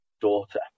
daughter